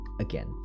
again